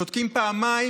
צודקים פעמיים,